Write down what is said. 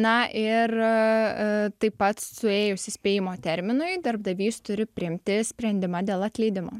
na ir taip pat suėjus įspėjimo terminui darbdavys turi priimti sprendimą dėl atleidimo